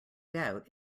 doubt